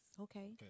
Okay